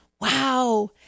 wow